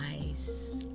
nice